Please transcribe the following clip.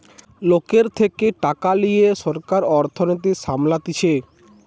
লোকের থেকে টাকা লিয়ে সরকার অর্থনীতি সামলাতিছে